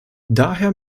daher